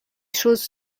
choses